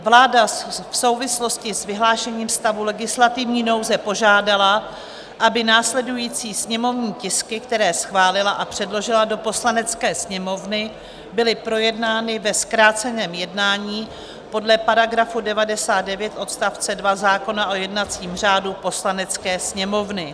Vláda v souvislosti s vyhlášením stavu legislativní nouze požádala, aby následující sněmovní tisky, které schválila a předložila do Poslanecké sněmovny, byly projednány ve zkráceném jednání podle § 99 odst. 2 zákona o jednacím řádu Poslanecké sněmovny.